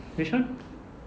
which one